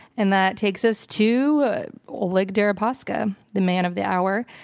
and that takes us to oleg deripaska, the man of the hour.